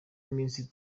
iminsi